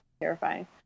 terrifying